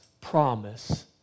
promise